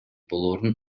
болоорун